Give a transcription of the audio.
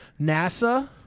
NASA